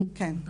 כן.